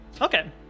Okay